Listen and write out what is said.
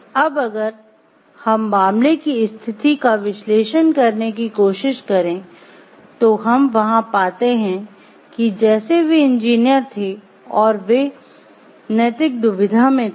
अब अगर हम मामले की स्थिति का विश्लेषण करने की कोशिश करें तो हम वहां पाते हैं कि जैसे वे इंजीनियर थे और वे नैतिक दुविधा मेँ थे